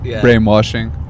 brainwashing